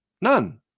None